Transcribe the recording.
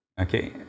Okay